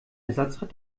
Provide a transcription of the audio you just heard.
ersatzrad